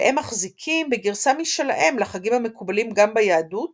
והם מחזיקים בגרסה משלהם לחגים המקובלים גם ביהדות